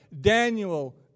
Daniel